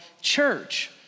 church